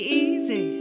easy